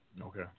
Okay